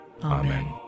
Amen